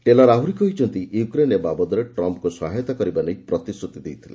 tailor ଆହୁରି କହିଛନ୍ତି Ukraine ଏ ବାବଦରେ ଟ୍ରମ୍ପଙ୍କୁ ସହାୟତା କରିବା ନେଇ ପ୍ରତିଶ୍ରତି ଦେଇଥିଲା